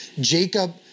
Jacob